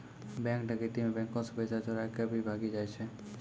bank डकैती मे बैंको से पैसा चोराय के भागी जाय छै